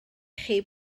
chi